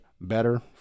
Better